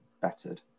bettered